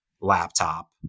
laptop